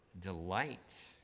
delight